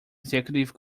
executive